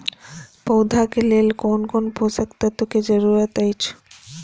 पौधा के लेल कोन कोन पोषक तत्व के जरूरत अइछ?